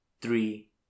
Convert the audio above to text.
three